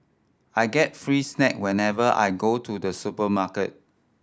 I get free snack whenever I go to the supermarket